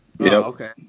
okay